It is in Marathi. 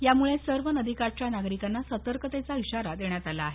यामुळे सर्व नदीकाठच्या नागरिकांना सतर्कतेचा इशारा देण्यात आला आहे